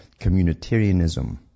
communitarianism